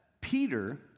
Peter